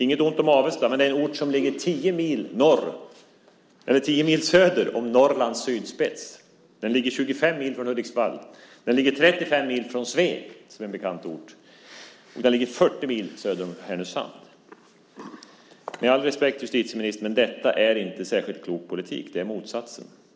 Inget ont om Avesta, men det är en ort som ligger 10 mil söder om Norrlands sydspets. Den ligger 25 mil från Hudiksvall. Den ligger 35 mil från Sveg, som är en bekant ort. Den ligger 40 mil söder om Härnösand. Med all respekt, justitieministern, men detta är inte någon särskilt klok politik. Det är motsatsen.